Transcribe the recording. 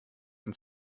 uns